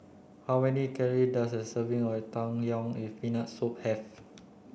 how many calorie does a serving of Tang Yuen with Peanut Soup have